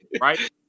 right